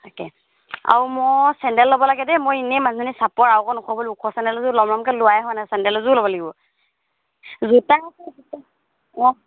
তাকে আৰু মই চেণ্ডেল ল'ব লাগে দেই মই এনেই মানুহজনী চাপৰ আৰু অকণ ওখ হ'ব লাগিব ওখ চেণ্ডেলযোৰ ল'ম ল'মকৈ লোৱাই হোৱা নাই চেণ্ডেল এযোৰ ল'ব লাগিব জোতা আছে জোতা অঁ